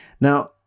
Now